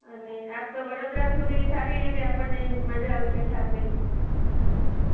અને આપ તો વડોદરા સુધી સારી એવી આપણને મજા આવશે સાથે